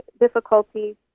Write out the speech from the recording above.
difficulties